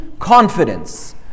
Confidence